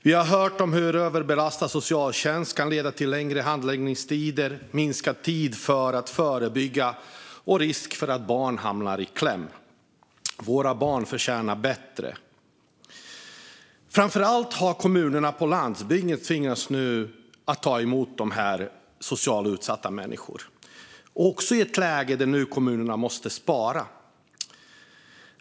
Vi har hört om hur en överbelastad socialtjänst kan leda till längre handläggningstider, minskad tid för att förebygga och risk för att barn hamnar i kläm. Våra barn förtjänar bättre. Framför allt kommunerna på landsbygden tvingas nu att ta emot dessa socialt utsatta människor, och detta i ett läge där kommunerna måste spara.